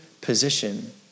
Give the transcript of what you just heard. position